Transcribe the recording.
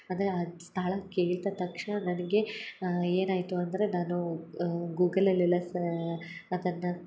ಅಂದರೆ ಆ ಸ್ಥಳ ಕೇಳಿದ ತಕ್ಷಣ ನನಗೆ ಏನು ಆಯಿತು ಅಂದರೆ ನಾನು ಗೂಗಲಲ್ಲೆಲ್ಲ ಸಾ ಅದನ್ನು